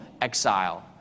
exile